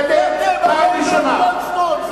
איזה מציאות את,